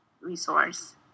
resource